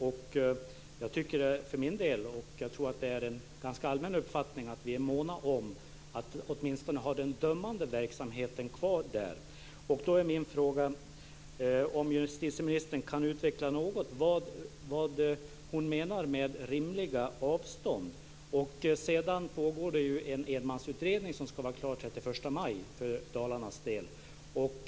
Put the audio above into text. För min del kan jag säga, och jag tror att det är en ganska allmän uppfattning, att vi är måna om att åtminstone ha den dömande verksamheten kvar där. Då är min fråga: Kan justitieministern utveckla något vad hon menar med rimliga avstånd? Det pågår en enmansutredning vad gäller Dalarna som ska vara klar den 31 maj.